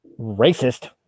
Racist